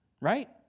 right